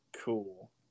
Cool